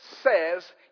says